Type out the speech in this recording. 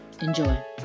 enjoy